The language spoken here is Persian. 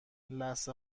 لثه